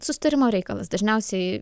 susitarimo reikalas dažniausiai